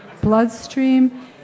bloodstream